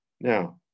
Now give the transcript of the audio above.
Now